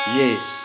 yes